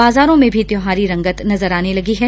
बाजारों में भी त्योंहारी रंगत नज़र आने लगी है